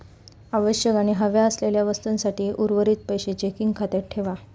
आवश्यक आणि हव्या असलेल्या वस्तूंसाठी उर्वरीत पैशे चेकिंग खात्यात ठेवा